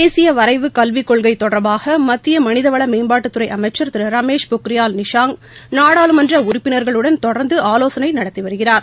தேசியவரைவு கல்விக் கொள்கைதொடர்பாகமத்தியமனிதவளமேம்பாட்டுத்துறைஅமைச்சர் திருரமேஷ் பொக்ரியால் நிஷாங் நாடாளுமன்றஉறுப்பினர்களுடன் தொடர்ந்துஆலோசனைநடத்திவருகிறார்